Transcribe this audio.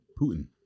Putin